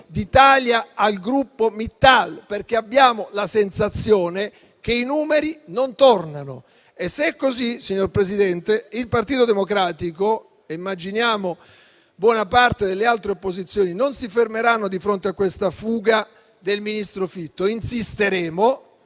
d'Italia al gruppo Mittal, perché abbiamo la sensazione che i numeri non tornino. E se è così, signor Presidente, il Partito Democratico - e immaginiamo buona parte delle altre opposizioni - non si fermerà di fronte a questa fuga del ministro Fitto. Insisteremo